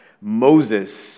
Moses